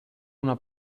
una